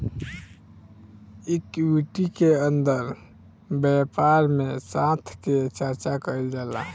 equity के अंदर व्यापार में साथ के चर्चा कईल जाला